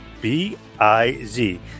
B-I-Z